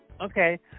Okay